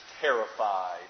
terrified